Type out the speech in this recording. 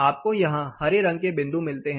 आपको यहां हरे रंग के बिंदु मिलते हैं